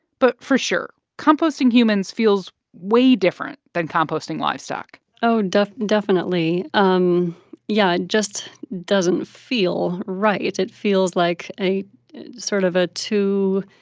but, for sure, composting humans feels way different than composting livestock oh, definitely. um yeah, it just doesn't feel right. it feels like a sort of a too